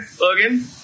Logan